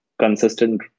consistent